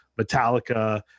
metallica